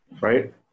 right